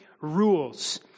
rules